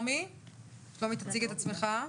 תציגו את עצמכם.